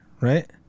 right